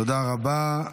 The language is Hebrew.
תודה רבה.